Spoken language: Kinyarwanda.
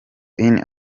une